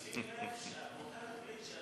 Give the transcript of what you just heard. שימי לב שאת בוחרת,